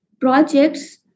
projects